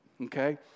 Okay